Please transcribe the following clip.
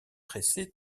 pressé